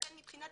לכן מבחינת